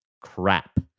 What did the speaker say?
crap